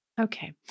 Okay